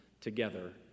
together